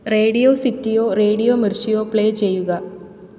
radio സിറ്റിയോ radio മിർച്ചിയോ play ചെയ്യുക